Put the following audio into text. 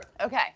Okay